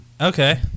Okay